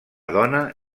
dona